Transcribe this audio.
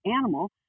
animal